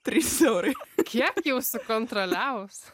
trys eurai kiek jau sukontroliavus